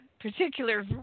particular